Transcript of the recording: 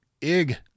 Ig